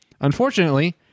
unfortunately